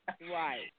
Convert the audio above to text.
Right